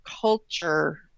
culture